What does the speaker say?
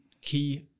key –